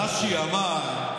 רש"י אמר: